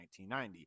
1990